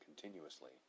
continuously